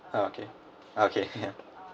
okay okay ya